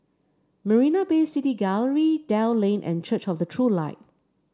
Marina Bay City Gallery Dell Lane and Church of the True Light